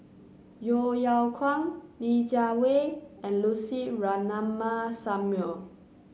Yeo Yeow Kwang Li Jiawei and Lucy Ratnammah Samuel